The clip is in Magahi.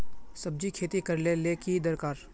सब्जी खेती करले ले की दरकार?